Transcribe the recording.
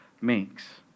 makes